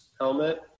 helmet